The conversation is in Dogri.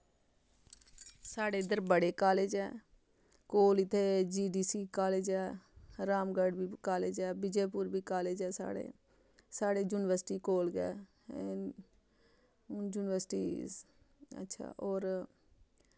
साढ़े इद्धर बड़े कालज ऐ कोल इत्थै जी बी सी कालज ऐ रामगढ़ बी कालज ऐ बिजयपुर बी कालज ऐ साढ़े साढ़े युनिवर्सटी कोल गै युनिवर्सटी अच्छा होर